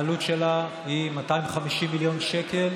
העלות שלה היא 250 מיליון שקל,